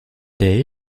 day